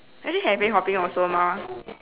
actually cafe hopping also mah